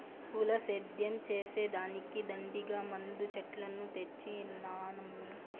పూల సేద్యం చేసే దానికి దండిగా మందు చెట్లను తెచ్చినానమ్మీ